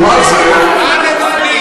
מה הנתונים?